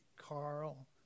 Carl